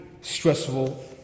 stressful